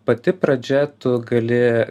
pati pradžia tu gali